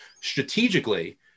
strategically